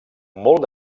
molt